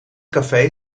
café